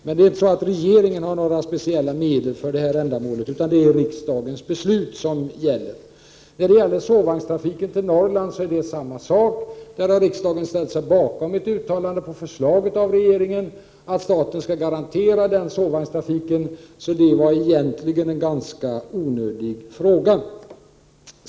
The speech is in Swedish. Men regeringen har inte några speciella medel för ändamålet utan det är riksdagens beslut som gäller. När det gäller sovvagnstrafiken till Norrland är det samma sak. Riksdagen har ställt sig bakom ett uttalande på förslag av regeringen att staten skall garantera denna sovvagnstrafik, varför det egentligen var en ganska onödig fråga.